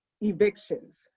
evictions